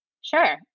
sure